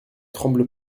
tremble